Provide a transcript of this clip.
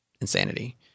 insanity